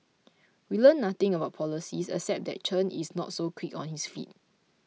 we learnt nothing about policies except that Chen is not so quick on his feet